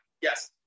Yes